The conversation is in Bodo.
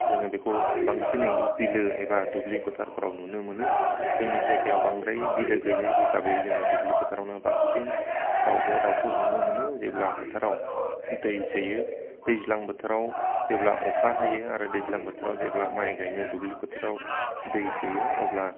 जोङो बेखौ बांसिनै बिलो एबा दुब्लि फोथारफोराव नुनो मोनो जोंनि जायगायाव बांद्राय बिलो गैयै हिसाबै जोङो दुब्लि फोथारावनो बांसिन दाउब' दाउखौ नुनो मोनो जेब्ला फोथाराव दै सोयो दैज्लां बोथोराव जेब्ला अखा हायो आरो दैज्लां बोथोराव जेब्ला माइ गायनो दुब्लि फोथाराव दै सोयो अब्ला